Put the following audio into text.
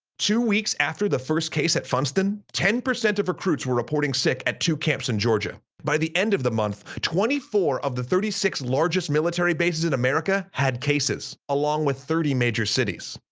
two weeks after the first case at funston, ten percent of recruits were reporting sick at two camps in georgia. by the end of the month, twenty four of the thirty six largest military bases in america had cases, along with thirty major cities.